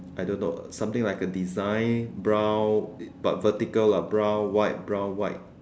I don't know uh something like a design brown but vertical lah brown white brown white